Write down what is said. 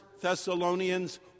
Thessalonians